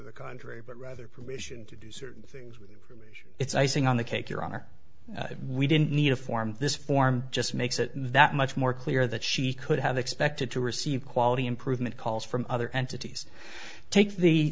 of the country but rather permission to do certain things it's icing on the cake your honor we didn't need to form this form just makes it that much more clear that she could have expected to receive quality improvement calls from other entities take the